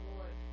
Lord